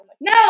no